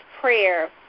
prayer